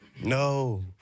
No